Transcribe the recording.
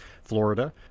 Florida